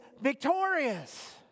victorious